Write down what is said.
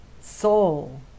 soul